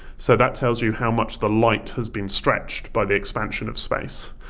so that tells you how much the light has been stretched by the expansion of space.